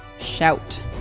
Shout